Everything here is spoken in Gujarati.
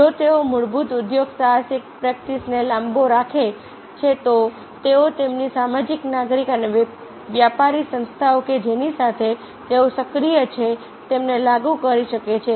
જો તેઓ મૂળભૂત ઉદ્યોગસાહસિક પ્રેક્ટિસને લાંબો રાખે છે તો તેઓ તેમની સામાજિક નાગરિક અને વ્યાપારી સંસ્થાઓ કે જેની સાથે તેઓ સક્રિય છે તેમને લાગુ કરી શકે છે